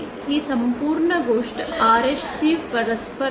ही संपूर्ण गोष्ट RS शी परस्पर आहे